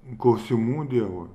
klausimų dievui